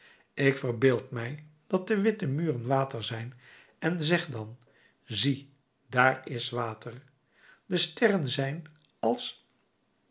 ik verbeeld mij dat de witte muren water zijn en zeg dan zie daar is water de sterren zijn als